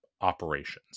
operations